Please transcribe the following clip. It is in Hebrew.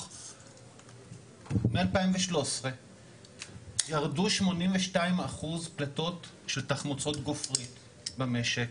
שמ-2013 ירדו 82% פליטות של תחמוצות גופרית במשק,